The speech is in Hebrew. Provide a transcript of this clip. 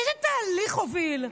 איזה תהליך הוביל,